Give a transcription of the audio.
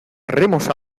remos